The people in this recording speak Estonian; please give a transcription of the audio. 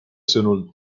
sõnul